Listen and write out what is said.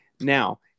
now